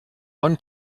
one